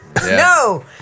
No